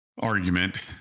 argument